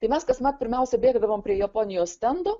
tai mes kasmet pirmiausia bėgdavome prie japonijos stendo